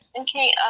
Okay